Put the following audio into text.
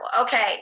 Okay